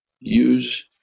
use